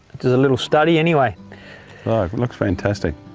it's a little study anyway. it looks fantastic.